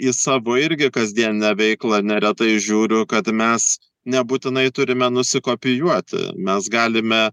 į savo irgi kasdieninę veiklą neretai žiūriu kad mes nebūtinai turime nusikopijuoti mes galime